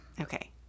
Okay